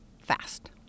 fast